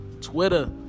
Twitter